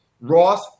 Ross